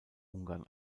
ungarn